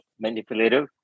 manipulative